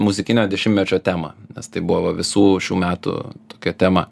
muzikinio dešimtmečio temą nes tai buvo va visų šių metų kia tema